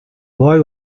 boy